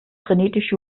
frenetisch